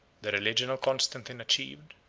the religion of constantine achieved,